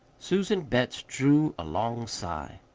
susan betts drew a long sigh.